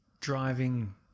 driving